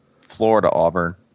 Florida-Auburn